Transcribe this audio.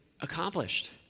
accomplished